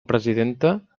presidenta